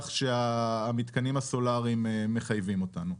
שהמתקנים הסולאריים מחייבים אותנו.